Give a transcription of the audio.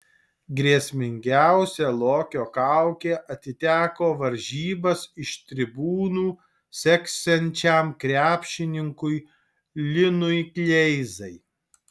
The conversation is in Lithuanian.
grėsmingiausia lokio kaukė atiteko varžybas iš tribūnų seksiančiam krepšininkui linui kleizai